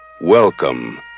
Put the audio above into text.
welcome